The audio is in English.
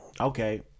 Okay